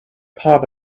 part